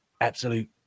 absolute